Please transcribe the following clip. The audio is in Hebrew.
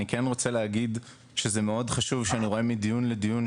אני כן רוצה להגיד שזה מאוד חשוב שאני רואה מדיון לדיון,